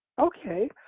Okay